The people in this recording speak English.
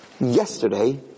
Yesterday